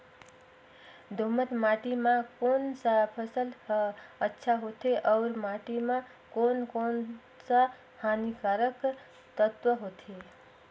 दोमट माटी मां कोन सा फसल ह अच्छा होथे अउर माटी म कोन कोन स हानिकारक तत्व होथे?